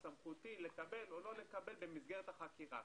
בסמכותי לקבל או לא לקבל במסגרת החקירה.